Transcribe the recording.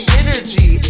energy